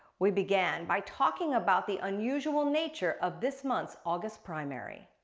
we began by talking about the unusual nature of this month's august primary.